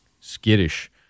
skittish